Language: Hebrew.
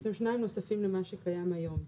בעצם שניים נוספים למה שקיים היום.